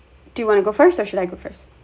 do you want to go first or should I go first